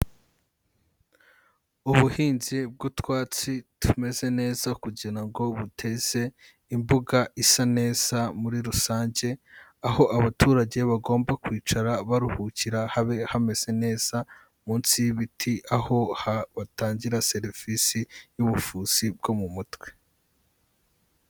Ubuhinzi bw'utwatsi tumeze neza kugira ngo buteze imbuga isa neza muri rusange, aho abaturage bagomba kwicara baruhukira habe hameze neza munsi y'ibiti, aho batangira serivisi y'ubufuzi bwo mu mutwe.